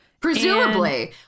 presumably